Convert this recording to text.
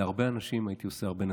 להרבה אנשים הייתי עושה הרבה נזקים.